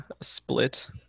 split